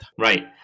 Right